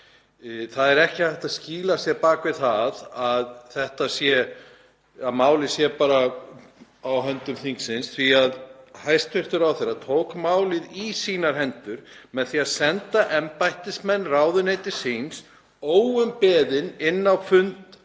Það er ekki hægt að skýla sér bak við það að málið sé bara á höndum þingsins, því að hæstv. ráðherra tók málið í sínar hendur með því að senda óumbeðinn embættismenn ráðuneytis síns inn á fund